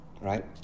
right